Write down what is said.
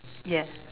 yes